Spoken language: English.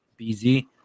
BZ